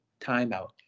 timeout